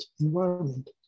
environment